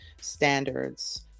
standards